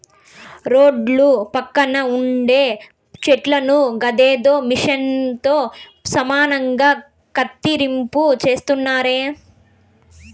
రోడ్ల పక్కన ఉండే చెట్లను గదేదో మిచన్ తో సమానంగా కత్తిరింపు చేస్తున్నారే